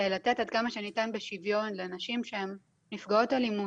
לתת אותו לפחות בשוויון לנשים שהן נפגעות אלימות,